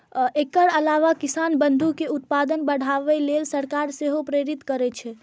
एकर अलावा किसान बंधु कें उत्पादन बढ़ाबै लेल सरकार सेहो प्रेरित करै छै